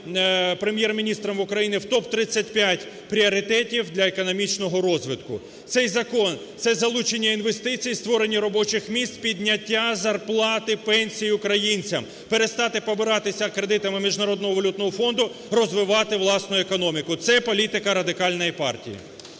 Прем'єр-міністром України в ТОП-35 пріоритетів для економічного розвитку. Цей закон – це залучення інвестицій, створення робочих місць, підняття зарплат і пенсій українцям, перестати побиратися кредитами Міжнародного валютного фонду, розвивати власну економіку – це політика Радикальної партії.